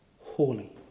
holy